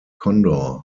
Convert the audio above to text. condor